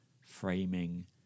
framing